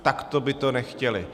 Takto by to nechtěli.